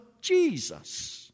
Jesus